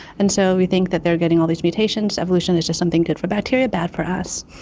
and so we think that they are getting all these mutations, evolution is just something good for bacteria, bad for us.